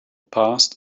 past